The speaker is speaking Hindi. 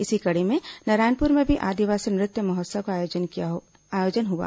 इसी कड़ी में नारायणपुर में भी आदिवासी नृत्य महोत्सव का आयोजन हुआ